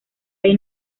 ahí